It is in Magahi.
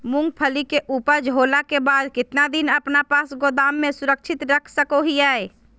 मूंगफली के ऊपज होला के बाद कितना दिन अपना पास गोदाम में सुरक्षित रख सको हीयय?